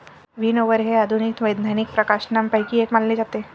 विनओवर हे आधुनिक वैज्ञानिक प्रकाशनांपैकी एक मानले जाते